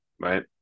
right